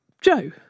Joe